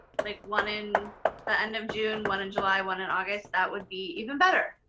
like one in the end of june, one in july, one in august, that would be even better.